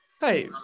Hey